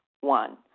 One